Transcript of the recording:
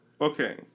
Okay